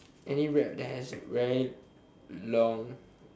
any rap that has very long